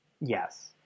Yes